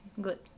Good